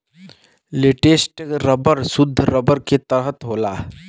latex rubber सुद्ध rubber के तरह होला